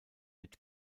mit